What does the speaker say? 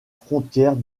frontière